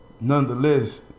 Nonetheless